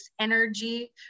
energy